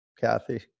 Kathy